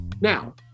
Now